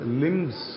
limbs